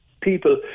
people